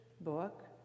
book